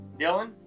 Dylan